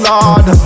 Lord